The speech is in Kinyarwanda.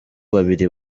babiri